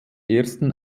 ersten